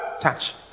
touch